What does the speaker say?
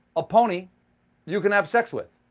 a pony you can have sex with.